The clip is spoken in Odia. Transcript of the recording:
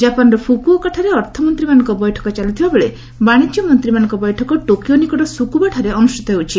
ଜାପାନର ଫୁକୁଓକାଠାରେ ଅର୍ଥମନ୍ତ୍ରୀମାନଙ୍କ ବୈଠକ ଚାଲିଥିବାବେଳେ ବାଣିଜ୍ୟ ମନ୍ତ୍ରୀମାନଙ୍କ ବୈଠକ ଟୋକିଓ ନିକଟ ସୁକ୍ରୁବାଠାରେ ଅନୁଷ୍ଠିତ ହେଉଛି